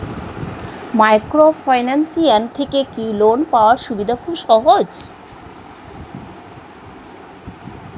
Microfinance থেকে কি loan পাওয়ার সুবিধা খুব সহজ?